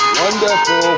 Wonderful